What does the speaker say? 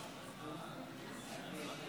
38 בעד,